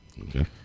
Okay